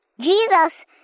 Jesus